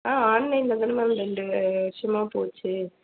ஆ ஆன்லைனில் தானே மேம் ரெண்டு வருஷமா போச்சு